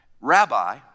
Rabbi